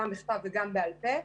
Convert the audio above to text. גם בכתב וגם בעל פה.